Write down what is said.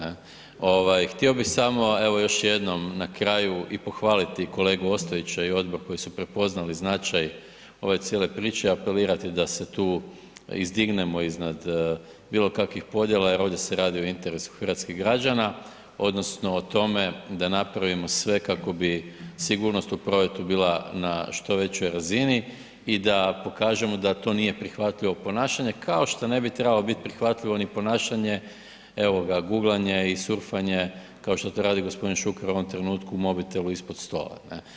Ovaj, htio samo evo još jednom na kraju i pohvaliti kolegu Ostojića i odbor koji su prepoznali značaj ove cijele priče, apelirati da se tu izdignemo iznad bilo kakvih podjela jer ovdje se radi o interesu hrvatskih građana odnosno o tome da napravimo sve kako bi sigurnost u prometu bila na što većoj razini i da pokažemo da to nije prihvatljivo ponašanje kao što ne bi trebalo biti prihvatljivo ni ponašanje, evo ga guglanje i surfanje kao što to radi gospodin Šuker u ovom trenutku u mobitelu ispod stola, ne.